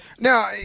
Now